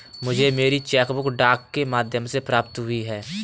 मुझे मेरी cheque book डाक के माध्यम से प्राप्त हुई है